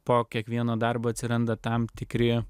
po kiekvieno darbo atsiranda tam tikri